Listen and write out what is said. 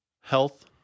health